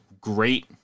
great